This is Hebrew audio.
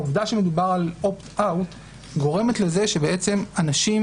העובדה שמדובר על opt-out גורמת לזה שבעצם אנשים